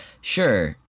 Sure